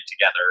together